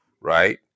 right